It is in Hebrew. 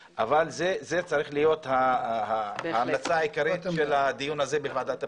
זו צריכה להיות ההמלצה העיקרית של הדיון הזה בוועדת הפנים.